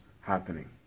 happening